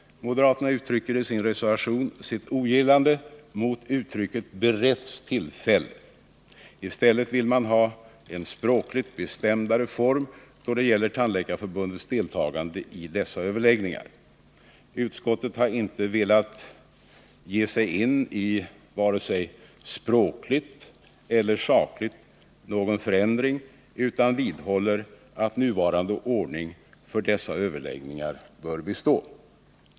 Moderaterna uttrycker i sin reservation sitt ogillande av uttrycket ”beretts tillfälle”. I stället vill man ha en språkligt bestämdare form då det gäller Tandläkarförbundets deltagande i dessa överläggningar. Utskottet har inte velat ge sig in i någon förändring vare sig språkligt eller sakligt, utan vidhåller att nuvarande ordning för dessa överläggningar bör bestå.